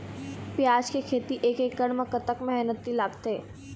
प्याज के खेती एक एकड़ म कतक मेहनती लागथे?